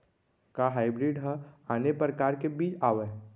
का हाइब्रिड हा आने परकार के बीज आवय?